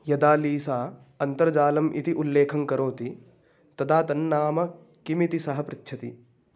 यदा लीसा अन्तर्जालम् इति उल्लेखं करोति तदा तन्नाम किमिति सः पृच्छति